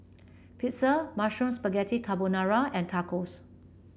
Pizza Mushroom Spaghetti Carbonara and Tacos